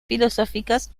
filosóficas